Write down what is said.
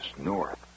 north